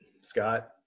Scott